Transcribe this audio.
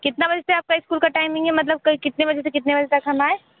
कितना बजे से आपका स्कूल का टाइमिंग है मतलब कल कितने बजे से कितने बजे तक हम आएँ